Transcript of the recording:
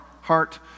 heart